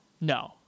No